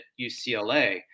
UCLA